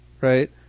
right